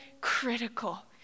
critical